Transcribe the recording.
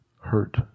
hurt